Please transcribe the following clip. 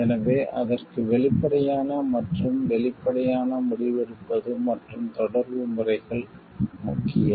எனவே அதற்கு வெளிப்படையான மற்றும் வெளிப்படையான முடிவெடுப்பது மற்றும் தொடர்பு முறைகள் முக்கியம்